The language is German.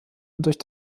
durch